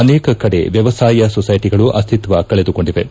ಅನೇಕ ಕಡೆ ವ್ಯವಸಾಯ ಸೊಸೈಟಗಳು ಅಸ್ತಿತ್ವ ಕಳೆದುಕೊಂಡಿವೆ